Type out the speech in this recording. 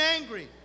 angry